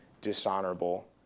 dishonorable